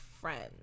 friends